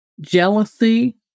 jealousy